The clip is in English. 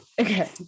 Okay